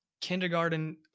kindergarten